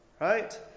right